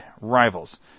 rivals